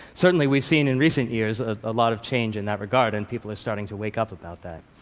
certainly we've seen in recent years a lot of change in that regard, and people are starting to wake up about that.